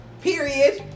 Period